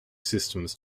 systems